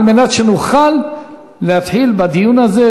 כדי שנוכל להתחיל בדיון הזה,